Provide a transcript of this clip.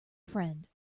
friend